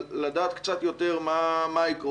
אבל לדעת קצת יותר מה העקרונות.